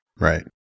right